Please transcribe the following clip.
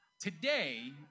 Today